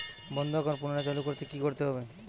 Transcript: বন্ধ একাউন্ট পুনরায় চালু করতে কি করতে হবে?